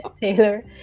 taylor